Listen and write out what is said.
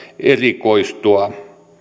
erikoistua